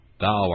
Thou